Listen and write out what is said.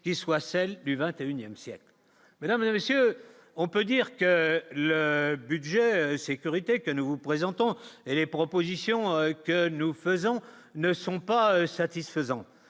qui soit, celle du 21ème siècle, mesdames et messieurs, on peut dire que le budget sécurité que nous vous présentons les propositions que nous faisons ne sont pas satisfaisantes,